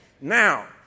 Now